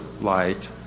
light